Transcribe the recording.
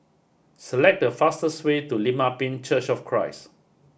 select the fastest way to Lim Ah Pin Church of Christ